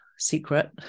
secret